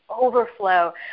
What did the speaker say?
overflow